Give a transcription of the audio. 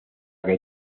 que